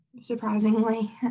surprisingly